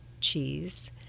cheese